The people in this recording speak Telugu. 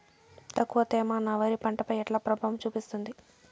తక్కువ తేమ నా వరి పంట పై ఎట్లా ప్రభావం చూపిస్తుంది?